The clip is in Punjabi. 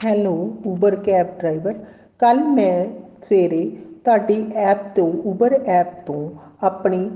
ਹੈਲੋ ਊਬਰ ਕੈਬ ਡਰਾਈਵਰ ਕੱਲ੍ਹ ਮੈਂ ਸਵੇਰੇ ਤੁਹਾਡੀ ਐਪ ਤੋਂ ਊਬਰ ਐਪ ਤੋਂ ਆਪਣੀ